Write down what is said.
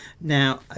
Now